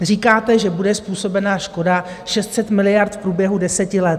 Říkáte, že bude způsobena škoda 600 miliard v průběhu deseti let.